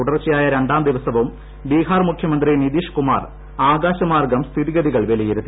തുടർച്ചയായ രണ്ടാം ദിവസവും ബീഹാർ മുഖ്യമന്ത്രി നിതീഷ്കുമാർ ആകാശമാർഗ്ഗം സ്ഥിതിഗതികൾ വിലയിരുത്തി